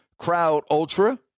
CrowdUltra